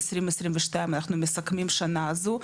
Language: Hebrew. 2022 אנחנו מסכמים את השנה הזו,